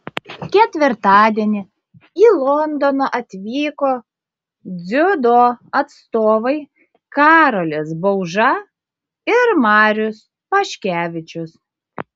ketvirtadienį į londoną atvyko dziudo atstovai karolis bauža ir marius paškevičius